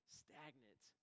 stagnant